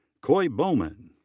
coy bowman.